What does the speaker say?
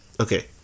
okay